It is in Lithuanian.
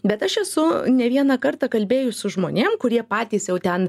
bet aš esu ne vieną kartą kalbėjus su žmonėm kurie patys jau ten